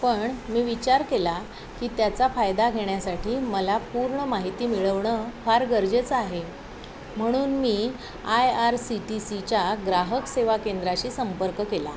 पण मी विचार केला की त्याचा फायदा घेण्यासाठी मला पूर्ण माहिती मिळवणं फार गरजेचं आहे म्हणून मी I R C T C च्या ग्राहक सेवा केंद्राशी संपर्क केला